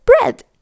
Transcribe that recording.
bread